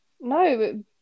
No